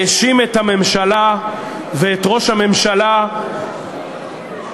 האשים את הממשלה ואת ראש הממשלה בהפחדת